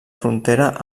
frontera